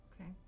Okay